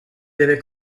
deve